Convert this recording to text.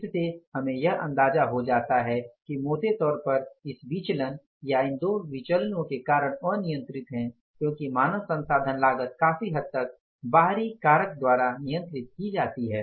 इससे हमें यह अंदाजा हो जाता है कि मोटे तौर पर इस विचलन या इन दो विचलनो के कारण अनियंत्रित हैं क्योंकि मानव संसाधन लागत काफी हद तक बाहरी कारक द्वारा नियंत्रित की जाती है